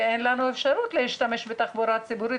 כי אין לנו אפשרות להשתמש בתחבורה ציבורית,